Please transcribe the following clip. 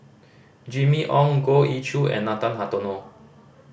Jimmy Ong Goh Ee Choo and Nathan Hartono